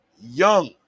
young